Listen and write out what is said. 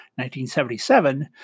1977